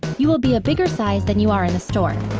you will be a bigger size than you are in the store.